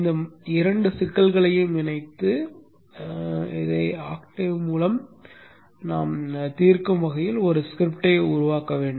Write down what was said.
எனவே இந்த 2 சிக்கல்களையும் இணைத்து இந்த 2 சிக்கல்களையும் ஆக்டேவ் மூலம் தீர்க்கும் வகையில் ஒரு ஸ்கிரிப்டை உருவாக்கவும்